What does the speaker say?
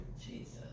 Jesus